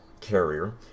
carrier